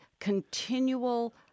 continual